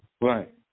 Right